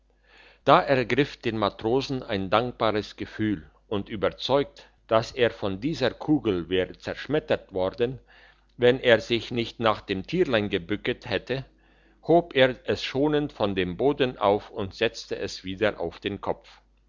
da ergriff den matrosen ein dankbares gefühl und überzeugt dass er von dieser kugel wäre zerschmettert worden wenn er sich nicht nach dem tierlein gebücket hätte hob er es schonend von dem boden auf und setzte es wieder auf den kopf